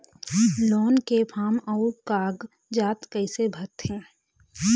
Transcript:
Loan के form अऊ कागजात कइसे भरथें?